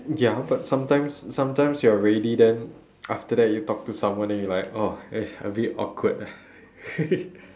ya but sometimes sometimes you are ready then after that you talk to someone then you like oh eh a bit awkward ah